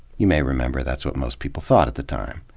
you may remember that's what most people thought at the time.